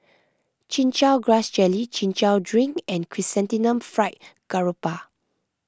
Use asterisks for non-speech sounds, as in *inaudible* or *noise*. Chin Chow Grass Jelly Chin Chow Drink *unintelligible* and Chrysanthemum Fried Garoupa